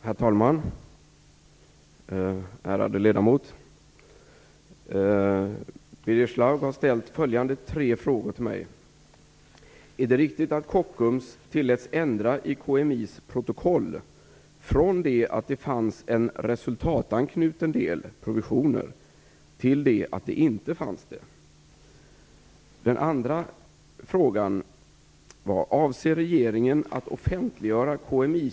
Herr talman! Ärade ledamot! Birger Schlaug har ställt följande tre frågor till mig: Är det riktigt att Kockums tilläts ändra i KMI:s protokoll, från det att det fanns en "resultatanknuten del" till det att det inte fanns det?